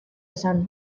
esan